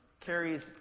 carries